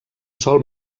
sol